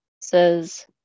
says